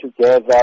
together